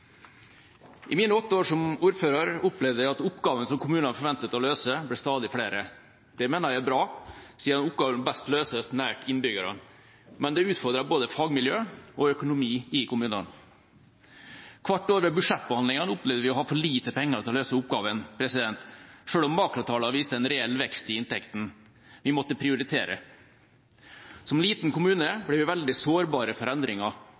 I mine åtte år som ordfører opplevde jeg at oppgavene kommunene var forventet å løse, ble stadig flere. Det mener jeg er bra, siden oppgaver best løses nært innbyggerne. Men det utfordret både fagmiljø og økonomi i kommunene. Hvert år ved budsjettbehandlingen opplevde vi å ha for lite penger til å løse oppgavene, selv om makrotallene viste en reell vekst